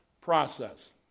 process